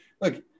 look